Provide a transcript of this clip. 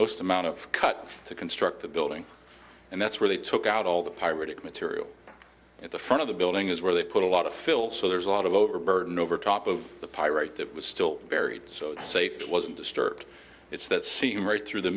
most amount of cut to construct the building and that's where they took out all the pirated material at the front of the building is where they put a lot of fill so there's a lot of overburden over top of the pyrite that was still buried so safe it wasn't disturbed it's that scene right through the